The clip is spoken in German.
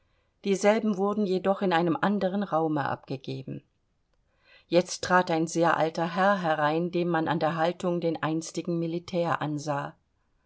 dieselben wurden jedoch in einem anderen raume abgegeben jetzt trat ein sehr alter herr herein dem man an der haltung den einstigen militär ansah